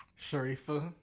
Sharifa